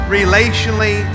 relationally